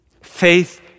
Faith